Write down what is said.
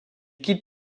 quitte